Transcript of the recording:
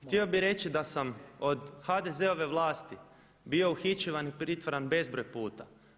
Htio bih reći da sam od HDZ-ove vlasti bio uhićivan i pritvaran bezbroj puta.